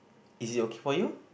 is it okay for you